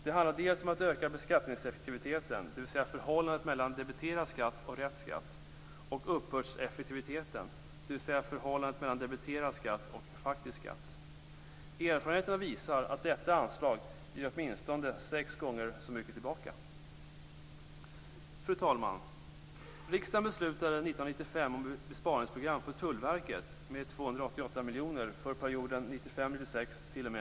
Det handlar bl.a. om att öka beskattningseffektiviteten, dvs. förhållandet mellan debiterad skatt och rätt skatt, och uppbördseffektiviteten, dvs. förhållandet mellan debiterad skatt och faktisk skatt. Erfarenheterna visar att detta anslag ger åtminstone sex gånger så mycket tillbaka.